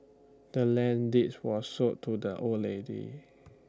the land deed was sold to the old lady